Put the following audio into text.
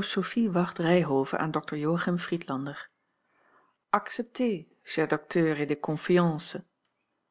sophie ward ryhove aan dokter joachim friedlander accepté cher docteur et de confiance